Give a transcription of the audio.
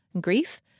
Grief